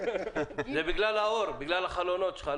למה באמצע המשא ומתן על מחיר המטרה אתם